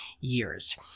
years